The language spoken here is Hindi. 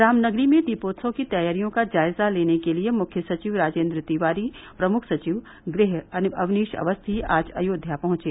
रामनगरी में दीपोत्सव की तैयारियों का जायजा लेने के लिये मुख्य सचिव राजेन्द्र तिवारी और प्रमुख सचिव गृह अवनीश अवस्थी आज अयोध्या पहुंचे